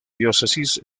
diócesis